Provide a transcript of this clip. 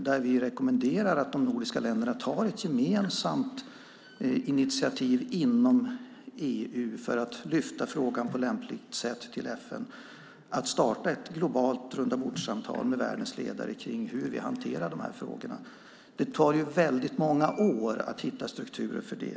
Där rekommenderade vi att de nordiska länderna ska ta ett gemensamt initiativ inom EU för att lyfta upp frågan till FN på lämpligt sätt och starta ett globalt rundabordssamtal med världens ledare kring hur vi hanterar dessa frågor. Det tar ju många år att hitta strukturer för det.